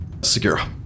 Segura